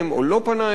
או לא פנה אליהם.